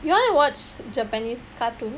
you wanna watch japanese cartoon